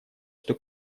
что